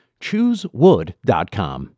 ChooseWood.com